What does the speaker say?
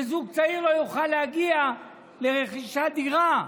כך שזוג צעיר לא יוכל להגיע לרכישת דירה,